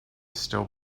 still